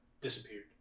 disappeared